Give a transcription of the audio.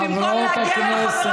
חברות הכנסת.